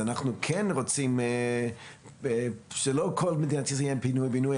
אנחנו כן רוצים שלא כל מדינת ישראל תהיה פינוי בינוי,